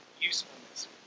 usefulness